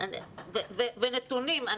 ונתונים.